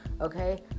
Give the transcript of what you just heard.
Okay